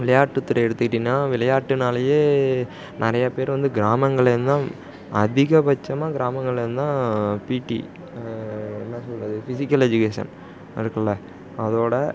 விளையாட்டுத்துறை எடுத்துக்கிட்டீங்கன்னா விளையாட்டுனாலேயே நிறைய பேர் வந்து கிராமங்கள்லேருந்து தான் அதிகபட்சமாக கிராமங்கள்லேருந்து தான் பீடி என்ன சொல்கிறது ஃபிஸிக்கல் எஜுகேஷன் இருக்குதுல்ல அதோடய